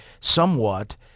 somewhat